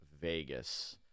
Vegas